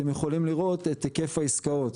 אתם יכולים לראות את היקף העסקאות,